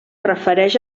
refereix